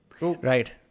Right